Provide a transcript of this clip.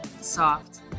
Soft